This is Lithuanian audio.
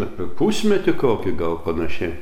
apie pusmetį kokį gal panašiai